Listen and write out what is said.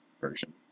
version